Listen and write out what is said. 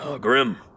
Grim